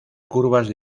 curvas